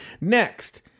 next